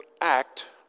act